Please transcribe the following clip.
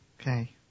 Okay